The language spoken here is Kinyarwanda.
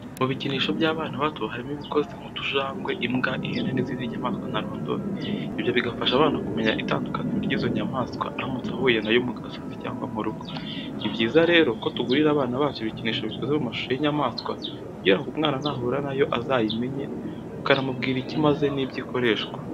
Mu bikinisho by'abana bato harimo ibikoze nk'utujangwe, imbwa, ihene n'izindi nyamaswa ntarondoye. Ibyo bigafasha abana kumenya itandukaniro ry'izo nyamaswa aramutse ahuye na yo mu gasozi cyangwa mu rugo. Ni byiza rero ko tugurira abana bacu ibikinisho bikoze mu ishusho y'inyamaswa kugira ngo umwana nahura na yo azayimenye, ukanamubwira icyo imaze n'ibyo ikoreshwa.